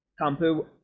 Kampu